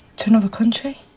to another country,